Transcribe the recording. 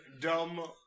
dumb